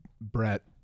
Brett